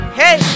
hey